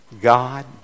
God